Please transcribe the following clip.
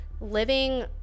living